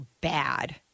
bad